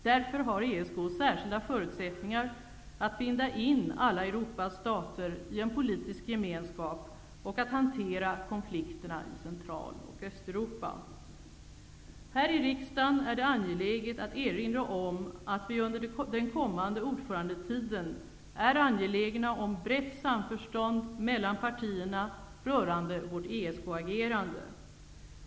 Därför har ESK särskilda förutsättningar att binda in alla Europas stater i en politisk gemenskap och att hantera konflikterna i Central och Östeuropa. Här i riksdagen är det angeläget att erinra om att vi under den kommande ordförandetiden är angelägna om brett samförstånd mellan partierna rörande vårt ESK-agerande.